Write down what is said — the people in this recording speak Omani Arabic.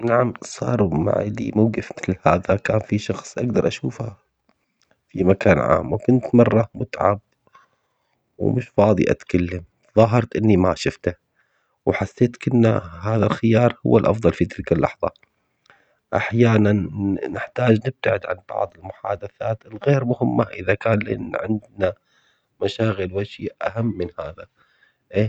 نعم صار معي موقف هذا كان في شخص أقدر أشوفه في مكان عام وكنت مرة متعب ومش فاضي أتكلم فتظاهرت إني ما شفته، وحسيت كنه هذا الخيار هو الأفضل في تلك اللحظة، أحياناً ن- نحتاج نبتعد عن بعض المحادثات الغير مهمة إذا كان لين عندنا مشاغل وأشياء أهم من هذا.